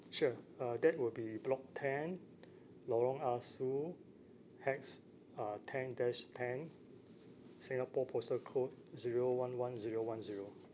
sure uh that will be block ten lorong ah soo hash uh ten dash ten singapore postal code zero one one zero one zero